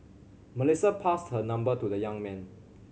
Melissa passed her number to the young man